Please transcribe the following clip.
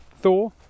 Thor